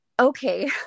Okay